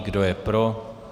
Kdo je pro?